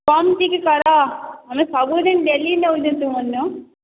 କମ କିଛି କର ଆମେ ସବୁ ଦିନ ଡେଲି ନେଉଛୁ ତୁମରନୁଁ